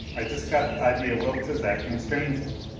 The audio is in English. i just got the idea wilks is acting strangely.